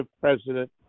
president